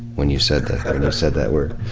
when you said that said that word.